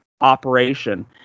operation